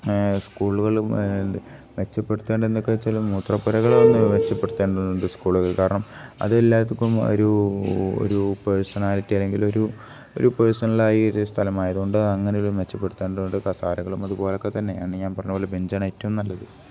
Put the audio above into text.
സ്കൂളുകളും മെച്ചപ്പെടുത്തേണ്ടത് എന്തൊക്കെ വെച്ചാൽ മൂത്രപ്പുരകളാണ് മെച്ചപ്പെടുത്തേണ്ടതുണ്ട് സ്കൂളുകൾ കാരണം അതെല്ലാവർക്കും ഒരു ഒരു പേഴ്സണാലിറ്റി അല്ലെങ്കിൽ ഒരു ഒരു പേഴ്സണലായി സ്ഥലമായതു കൊണ്ട് അങ്ങനെയുള്ള മെച്ചപ്പെടുത്തേണ്ടതുണ്ട് കസേരകളും അതുപോലൊക്കെ തന്നെയാണ് ഞാൻ പറഞ്ഞപോലെ ബെഞ്ജ ഏറ്റവും നല്ലത്